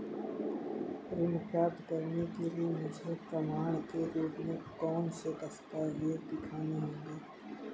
ऋण प्राप्त करने के लिए मुझे प्रमाण के रूप में कौन से दस्तावेज़ दिखाने होंगे?